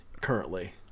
currently